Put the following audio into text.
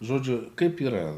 žodžiu kaip yra